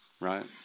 right